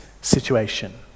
situation